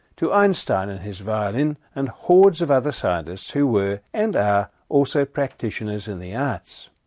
to einstein and his violin, and hordes of other scientists who were and are also practitioners in the arts.